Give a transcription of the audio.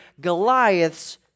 Goliath's